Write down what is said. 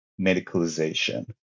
medicalization